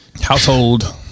Household